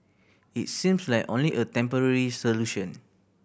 it seems like only a temporary solution